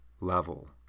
level